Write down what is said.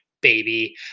Baby